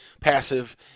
passive